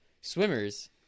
swimmers